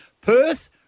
Perth